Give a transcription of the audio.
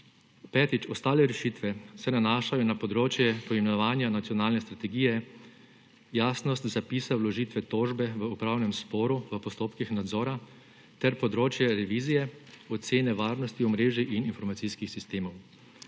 Petič, ostale rešitve se nanašajo na področje poimenovanja nacionalne strategije, jasnost zapisa vložitve tožbe v upravnem sporu v postopkih nadzora, ter področje revizije, ocene varnosti, omrežje in informacijskih sistemov.